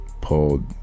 pulled